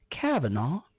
Kavanaugh